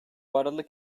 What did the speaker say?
aralık